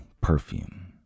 Perfume